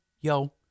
Yo